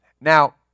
Now